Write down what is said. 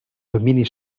domini